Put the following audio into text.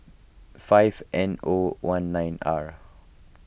five N O one nine R